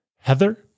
Heather